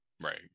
right